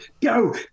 go